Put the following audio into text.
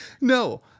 No